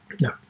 No